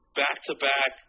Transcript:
back-to-back